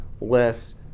less